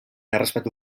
errespetu